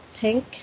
pink